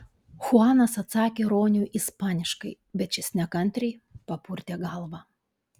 chuanas atsakė roniui ispaniškai bet šis nekantriai papurtė galvą